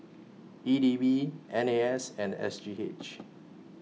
E D B N A S and S G H